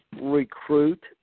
recruit